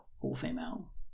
all-female